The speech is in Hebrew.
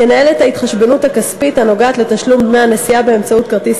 ינהל את ההתחשבנות הכספית הנוגעת לתשלום דמי הנסיעה באמצעות כרטיס